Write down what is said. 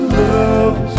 love